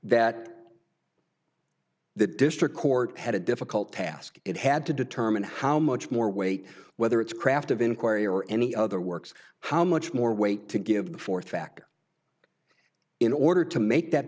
that the district court had a difficult task it had to determine how much more weight whether it's craft of inquiry or any other works how much more weight to give forth back in order to make that